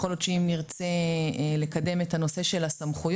יכול להיות שאם נרצה לקדם את הנושא של הסמכויות